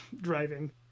driving